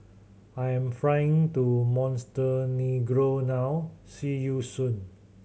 I am flying to Montenegro now see you soon